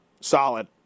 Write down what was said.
solid